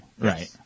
Right